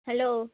hello